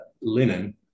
linen